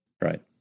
Right